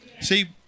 See